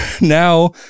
now